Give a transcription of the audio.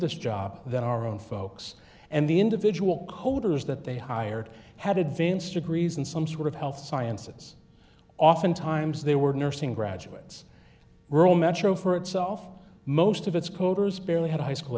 this job than our own folks and the individual coders that they hired had advanced degrees in some sort of health sciences oftentimes they were nursing graduates were all metro for itself most of its coders barely had a high school